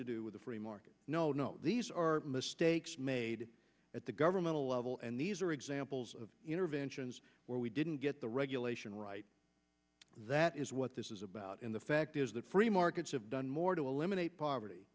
to do with the free market no no these are mistakes made at the governmental level and these are examples of interventions where we didn't get the regulation right that is what this is about in the fact is that free markets have done more to eliminate poverty